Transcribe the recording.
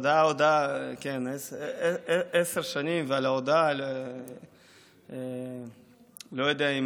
הודעה, כן, עשר שנים, על ההודעה, לא יודע אם